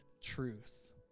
truth